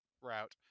route